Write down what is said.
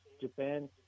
Japan